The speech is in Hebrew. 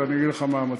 ואני אגיד לך מה המצב.